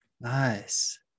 Nice